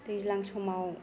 दैज्लां समाव